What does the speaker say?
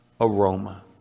aroma